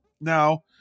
Now